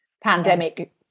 pandemic